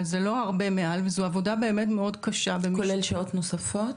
אבל זה לא הרבה מעל וזו עבודה באמת מאוד קשה ו- -- כולל שעות נוספות?